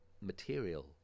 material